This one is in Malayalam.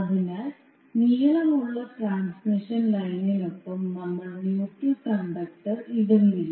അതിനാൽ നീളമുള്ള ട്രാൻസ്മിഷൻ ലൈനിനൊപ്പം നമ്മൾ ന്യൂട്രൽ കണ്ടക്ടർ ഇടുന്നില്ല